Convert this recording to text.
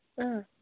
ꯑ